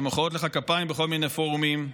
שמוחאות לך כפיים בכל מיני פורומים.